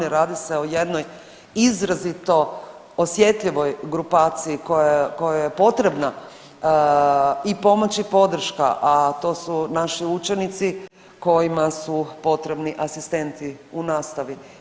Radi se o jednoj izrazito osjetljivoj grupaciji koja je potrebna i pomoć i podrška, a to su naši učenici kojima su potrebni asistenti u nastavi.